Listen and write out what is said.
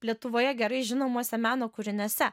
lietuvoje gerai žinomose meno kūriniuose